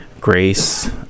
grace